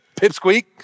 pipsqueak